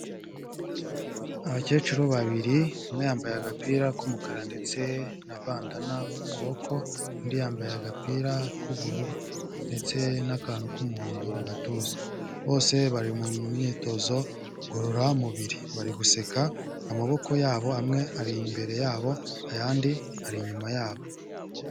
Abakecuru babiri umwe yambaye agapira k'umukara ndetse na bandanana ku kuboko, undi yambaye agapira k'ubururu ndetse n'akantu k'umuhondo mu gatuza, bose bari mu myitozo ngororamubiri bari guseka amaboko yabo amwe ari imbere yabo ayandi ari inyuma yabo.